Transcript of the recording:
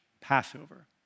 Passover